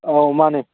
ꯑꯥꯎ ꯃꯥꯅꯦ